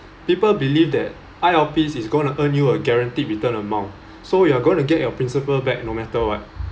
people believe that I_L_Ps is going to earn you a guaranteed return amount so you are going to get your principal back no matter what